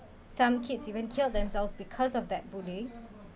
some kids even kill themselves because of that bullied